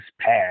past